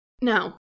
Now